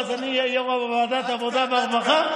ואז אני אהיה יו"ר ועדת העבודה והרווחה,